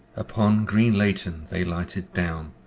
upon green leighton they lighted down,